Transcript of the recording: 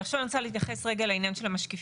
עכשיו אני רוצה להתייחס רגע לעניין של המשקיפים.